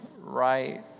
right